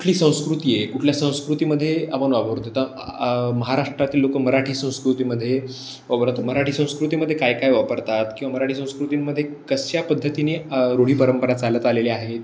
कुठली संस्कृती आहे कुठल्या संस्कृतीमध्ये आपण वापरतो तर महाराष्ट्रातील लोकं मराठी संस्कृतीमध्ये वापरतात मराठी संस्कृतीमधे काय काय वापरतात किंवा मराठी संस्कृतींमध्ये कशा पद्धतीने रूढी परंपरा चालत आलेल्या आहेत